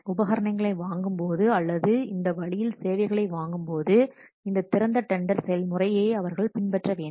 உபகரணங்களை வாங்கும் போது அல்லது இந்த வழியில் சேவைகளை வாங்கும்போது இந்த திறந்த டெண்டர் செயல்முறையை அவர்கள் பின்பற்ற வேண்டும்